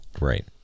Right